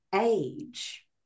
age